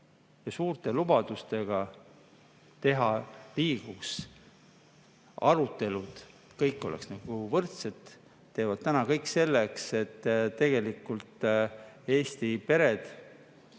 ja suurte lubadustega teha nii, et [toimuks] arutelud, kõik oleks võrdsed, teeb täna kõik selleks, et tegelikult Eesti pered